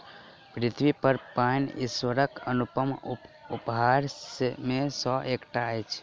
पृथ्वीपर पाइन ईश्वरक अनुपम उपहार मे सॅ एकटा अछि